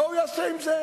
מה הוא יעשה עם זה?